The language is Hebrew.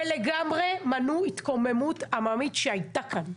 ולגמרי מנעו התקוממות עממית שהייתה כאן.